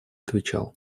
отвечал